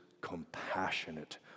compassionate